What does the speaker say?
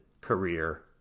career